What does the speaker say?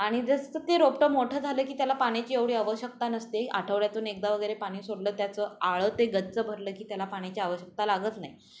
आणि जसं ते रोपटं मोठं झालं की त्याला पाण्याची एवढी आवश्यकता नसते आठवड्यातून एकदा वगैरे पाणी सोडलं त्याचं आळं ते गच्च भरलं की त्याला पाण्याची आवश्यकता लागत नाही